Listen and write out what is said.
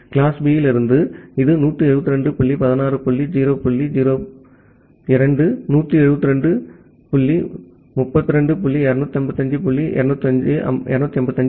class B இலிருந்து இது 172 புள்ளி 16 புள்ளி 0 புள்ளி 0 2 172 புள்ளி 32 புள்ளி 255 புள்ளி 255